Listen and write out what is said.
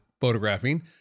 photographing